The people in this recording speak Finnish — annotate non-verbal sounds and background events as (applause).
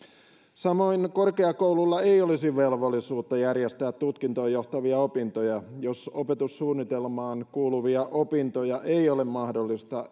samoin korkeakoululla ei olisi velvollisuutta järjestää tutkintoon johtavia opintoja jos opetussuunnitelmaan kuuluvia opintoja ei ole mahdollista (unintelligible)